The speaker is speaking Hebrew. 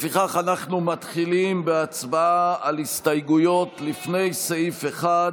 לפיכך אנחנו מתחילים בהצבעה על הסתייגויות לפני סעיף 1,